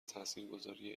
تاثیرگذاری